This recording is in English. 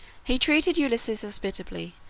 he treated ulysses hospitably,